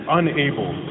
unable